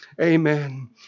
Amen